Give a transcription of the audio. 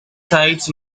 sites